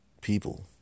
People